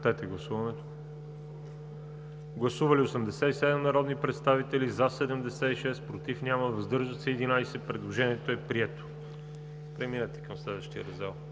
редакции. Гласували 87 народни представители: за 76, против няма, въздържали се 11. Предложенията са приети. Преминете към следващия раздел.